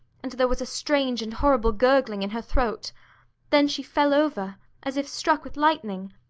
and there was a strange and horrible gurgling in her throat then she fell over as if struck with lightning,